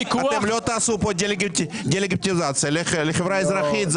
אתם לא תעשו פה דה לגיטיזציה לחברה אזרחית.